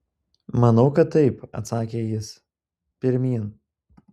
manau kad taip atsakė jis pirmyn